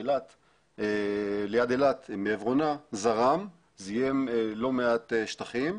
ליד אילת מעברונה זרם וזיהם לא מעט שטחים.